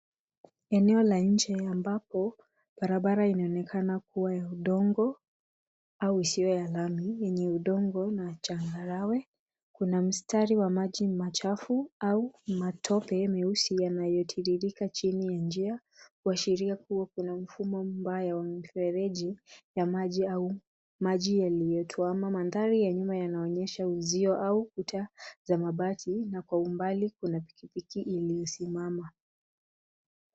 Eneo la nchi ambapo barabara inaonekana kuwa ya udongo au isiyo ya lami yenye udongo na changarawe. Kuna mstari wa maji machafu au matope meusi yanayotiririka chini ya njia kuashiria kuwa kuna mfumo mbaya wa mfereji ya maji au maji yaliyotuama. Mandhari ya nyuma yanaonyesha uzio au kuta za mabati na kwa umbali kuna pikipiki iliyosimama.